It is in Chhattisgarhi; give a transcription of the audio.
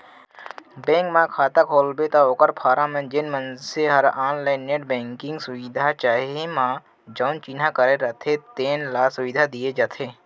बेंक म खाता खोलवाबे त ओकर फारम म जेन मनसे ऑनलाईन नेट बेंकिंग सुबिधा चाही म जउन चिन्हा करे रथें तेने ल सुबिधा दिये जाथे